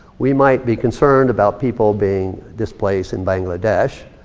we might be concerned about people being displaced in bangladesh,